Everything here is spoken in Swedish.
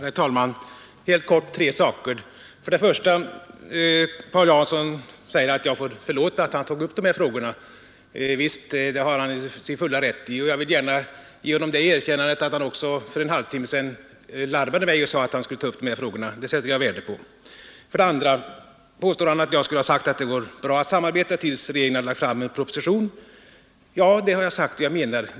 Herr talman! Bara några ord om tre saker. För det första sade herr Jansson att jag får förlåta att han tagit upp de här frågorna. Det är han självfallet i sin fulla rätt att göra. Jag vill också gärna ge honom det erkännandet att han för en halvtimme sedan larmade mig och sade att han skulle ta upp frågorna. Det sätter jag värde på. För det andra påstod herr Jansson att jag skulle ha sagt att det går bra att samarbeta med socialdemokraterna ända till dess att det har lagts fram en proposition. Det är riktigt. Så har jag sagt, och det menar jag.